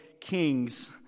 kings